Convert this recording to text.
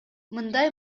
мындай